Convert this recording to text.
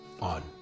on